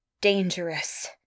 dangerous